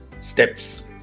steps